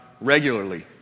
regularly